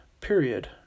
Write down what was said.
period